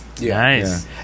Nice